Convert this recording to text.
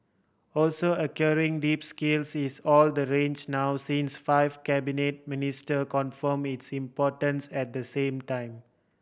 also acquiring deep skills is all the rage now since five cabinet minister confirm its importance at the same time